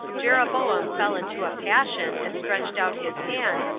jeroboam fell into a passion, and stretched out his hand,